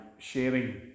sharing